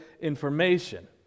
information